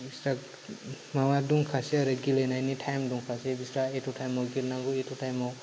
बिस्रा माबा दंखासै आरो गेलेनायनि थाइम दंखासै बिस्रा एथ' थाइमआव गेलेनांगौ एथ' थाइमाव